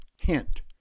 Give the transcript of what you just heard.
Hint